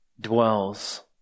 dwells